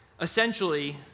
Essentially